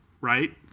right